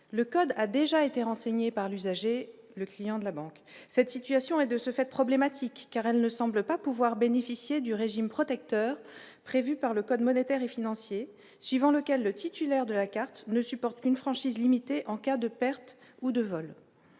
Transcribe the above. le code a déjà été renseigné par l'usager, le client de la banque, cette situation et de ce fait problématique car elle ne semblent pas pouvoir bénéficier du régime protecteur prévue par le Code monétaire et financier suivant lequel le titulaire de la carte ne supporte une franchise limitée en cas de perte ou de vol,